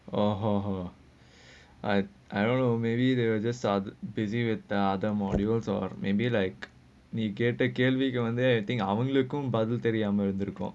or [ho] [ho] [ho] I I don't know maybe they will just are busy with other modules or maybe like you can take care நீ கேட்ட கேள்விக்கே அவங்களுக்கும் பதில் தெரியாமே இருக்கும்:nee ketta kelvikkae avangulukkum badhil teriyaamae irukkum